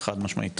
חד משמעית.